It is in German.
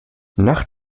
nach